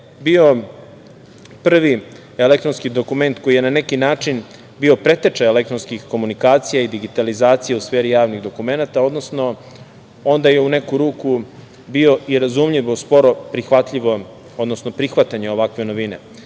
bio prvi elektronski dokument koji je na neki način bio preteča elektronskih komunikacija i digitalizacija u sferi javnih dokumenata, odnosno onda je u neku ruku bio i razumljiv sporo prihvatljivom, odnosno prihvatanje ovakve novine. Zato